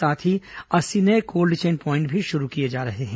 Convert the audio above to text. साथ ही अस्सी नए कोल्ड चेन प्वाइंट भी शुरू किए जा रहे हैं